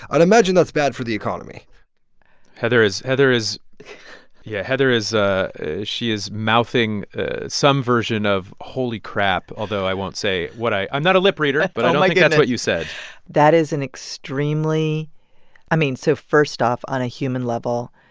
i'd imagine that's bad for the economy heather is heather is yeah, heather is ah she is mouthing some version of holy crap, although i won't say what i i'm not a lip reader, but i don't think like that's what you said that is an extremely i mean, so first off, on a human level,